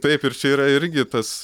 taip ir čia yra irgi tas